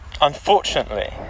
unfortunately